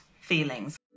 feelings